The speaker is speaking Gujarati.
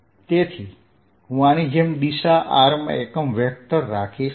તેથી હું આની જેમ દિશા r માં એકમ વેક્ટર રાખીશ